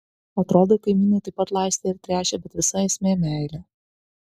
atrodo kaimynai taip pat laistė ir tręšė bet visa esmė meilė